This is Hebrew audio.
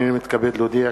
הנני מתכבד להודיע,